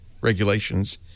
regulations